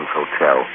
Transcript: hotel